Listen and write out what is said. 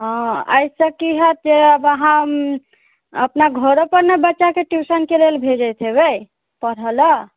हँ एहिसँ कि हैत जे आब अहाँ अपना घरोपर नऽ बच्चाके ट्यूशन के लेल भेजैत हेबै पढ़ऽ लऽ